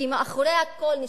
כי מאחורי הכול נשאר,